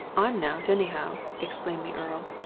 i'm not, anyhow! exclaimed the earl.